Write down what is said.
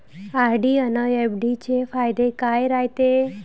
RD अन FD चे फायदे काय रायते?